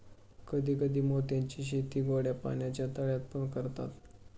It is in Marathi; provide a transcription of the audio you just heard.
कधी कधी मोत्यांची शेती गोड्या पाण्याच्या तळ्यात पण करतात